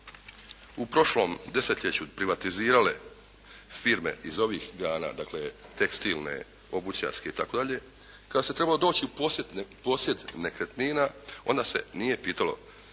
u prošlom desetljeću privatizirale firme iz ovih grana, dakle tekstilne, obućarske itd. Kad se trebalo doći u posjed nekretnina onda se nije pitalo